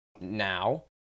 Now